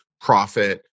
profit